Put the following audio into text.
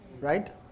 Right